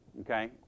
okay